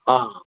हां